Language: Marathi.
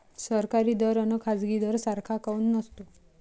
सरकारी दर अन खाजगी दर सारखा काऊन नसतो?